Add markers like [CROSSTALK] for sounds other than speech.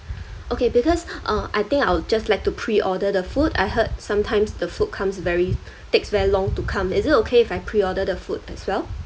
okay because [BREATH] uh I think I would just like to pre-order the food I heard sometimes the food comes very takes very long to come is it okay if I pre-order the food as well